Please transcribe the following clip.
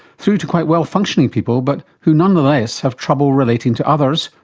through to quite well functioning people but who nonetheless have trouble relating to others,